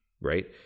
Right